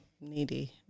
needy